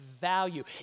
value